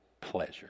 pleasure